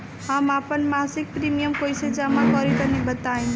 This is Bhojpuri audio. हम आपन मसिक प्रिमियम कइसे जमा करि तनि बताईं?